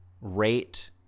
rate